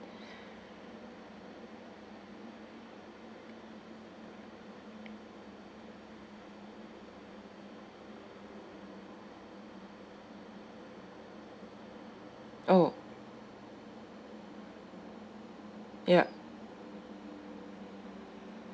oh ya